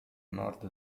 nord